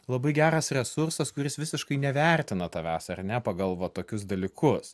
labai geras resursas kuris visiškai nevertina tavęs ar ne pagal va tokius dalykus